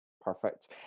Perfect